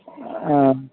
ஆம்